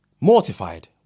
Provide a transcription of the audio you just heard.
Mortified